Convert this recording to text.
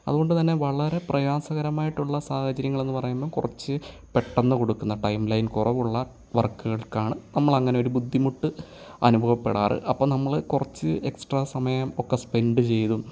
അതുകൊണ്ട്തന്നെ വളരെ പ്രയാസകരമായിട്ടുള്ള സാഹചര്യങ്ങളെന്ന് പറയുമ്പോൾ കുറച്ച് പെട്ടെന്ന് കൊടുക്കുന്ന ടൈംലൈൻ കുറവുള്ള വർക്കുകൾക്കാണ് നമ്മളങ്ങനെ ഒരു ബുദ്ധിമുട്ട് അനുഭവപ്പെടാറ് അപ്പം നമ്മൾ കുറച്ച് എക്സ്ട്രാ സമയം ഒക്കെ സ്പെൻഡ് ചെയ്തും